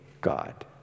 God